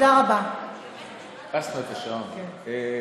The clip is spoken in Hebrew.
חבר הכנסת אורן חזן,